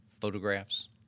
photographs